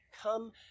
come